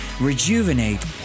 rejuvenate